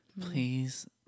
Please